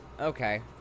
Okay